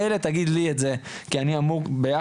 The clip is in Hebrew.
מילא תגיד לי את זה כי אני אמור ביחד